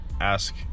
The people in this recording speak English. ask